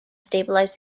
stabilized